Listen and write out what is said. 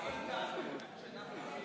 חברי הכנסת הנכבדים,